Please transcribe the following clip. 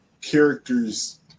characters